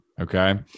okay